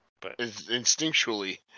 Instinctually